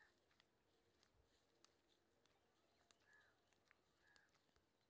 हम आपन बिल के भुगतान ऑनलाइन तरीका से कर सके छी?